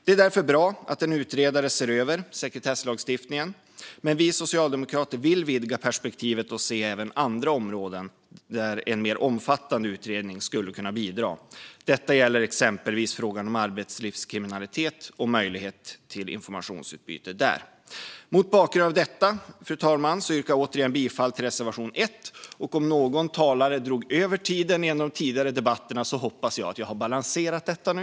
Det är därför bra att en utredare ser över sekretesslagstiftningen, men vi socialdemokrater vill vidga perspektivet och se även andra områden där en mer omfattande utredning skulle kunna bidra. Detta gäller exempelvis frågan om arbetslivskriminalitet och möjligheten till informationsutbyte där. Mot bakgrund av detta, fru talman, yrkar jag återigen bifall till reservation 1. Om någon talare drog över talartiden i en av de tidigare debatterna hoppas jag att jag har balanserat detta nu.